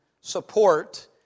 support